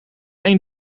één